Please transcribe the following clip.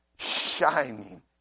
shining